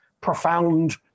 profound